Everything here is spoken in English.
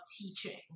teaching